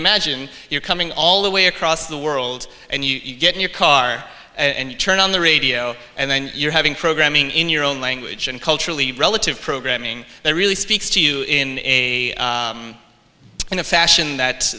imagine you're coming all the way across the world and you get in your car and you turn on the radio and then you're having programming in your own language and culturally relative programming that really speaks to you in a in a fashion that